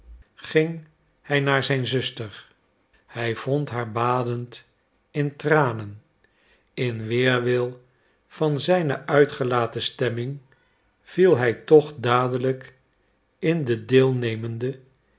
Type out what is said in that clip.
ging hij naar zijn zuster hij vond haar badend in tranen in weerwil van zijne uitgelaten stemming viel hij toch dadelijk in den deelnemenden